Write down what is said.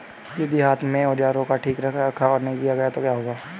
यदि हाथ के औजारों का ठीक से रखरखाव नहीं किया गया तो क्या होगा?